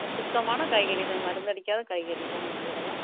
சுத்தமான காய்கறிதான் மருந்தடிக்காத காய்கறிதாங்க எங்களுதெல்லாம்